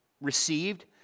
received